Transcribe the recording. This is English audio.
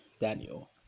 Daniel